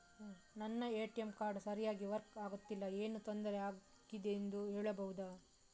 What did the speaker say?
ನನ್ನ ATM card ಸರಿಯಾಗಿ work ಆಗುತ್ತಿಲ್ಲ, ಏನು ತೊಂದ್ರೆ ಆಗಿದೆಯೆಂದು ಹೇಳ್ಬಹುದಾ?